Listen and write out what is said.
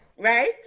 Right